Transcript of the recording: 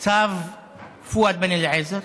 צו פואד בן-אליעזר.